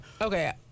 Okay